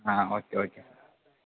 ah okay okay sir